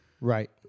right